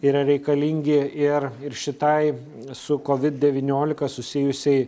yra reikalingi ir ir šitai su kovid devyniolika susijusiai